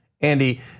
Andy